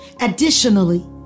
Additionally